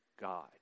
God